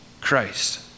Christ